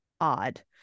odd